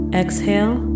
exhale